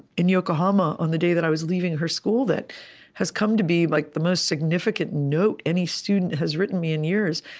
in yokohama on the day that i was leaving her school that has come to be like the the most significant note any student has written me in years.